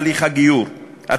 אפשרות לעבור את תהליך הגיור כחוויה